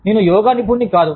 నేను యోగా నిపుణుడిని కాదు